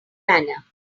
banner